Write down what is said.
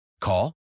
call